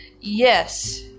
Yes